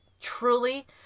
truly